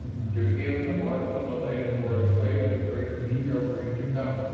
to him the marks on the ledge were a pledge of greater discoveries to come.